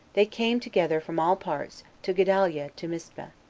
they came together from all parts to gedaliah to mispah.